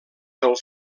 del